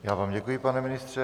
Já vám děkuji, pane ministře.